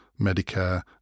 Medicare